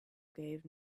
gave